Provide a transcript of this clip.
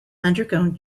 undergone